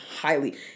highly